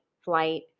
flight